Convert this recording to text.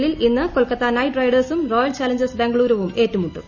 ഐപിഎലിൽ ഇന്ന് കൊൽക്കത്ത നൈറ്റ് റൈഡേഴ്സും Royal Challengers ബംഗളൂരുവും ഏറ്റുമുട്ടും